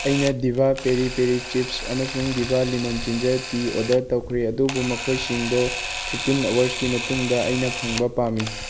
ꯑꯩꯅ ꯗꯤꯕꯥ peri peri chips ꯑꯃꯁꯨꯡ ꯗꯤꯕꯥ ꯂꯦꯃꯟ ꯖꯤꯟꯖꯔ ꯇꯤ ꯑꯣꯔꯗꯔ ꯇꯧꯈ꯭ꯔꯦ ꯑꯗꯨꯕꯨ ꯃꯈꯣꯏꯁꯤꯡꯗꯣ ꯐꯤꯞꯇꯤꯟ ꯑꯋꯥꯔꯁꯀꯤ ꯃꯇꯨꯡꯗ ꯑꯩ ꯐꯪꯕ ꯄꯥꯝꯃꯤ